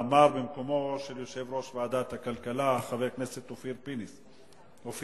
של יושב-ראש ועדת הכנסת, חבר הכנסת לוין,